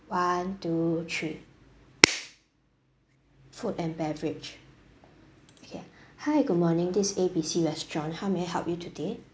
one two three food and beverage okay hi good morning this A_B_C restaurant how may I help you today